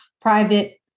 private